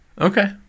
Okay